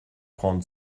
prendre